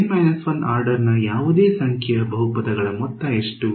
N 1 order ನ ಯಾವುದೇ ಸಂಖ್ಯೆಯ ಬಹುಪದಗಳ ಮೊತ್ತ ಎಷ್ಟು